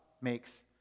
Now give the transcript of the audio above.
makes